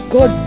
God